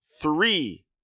three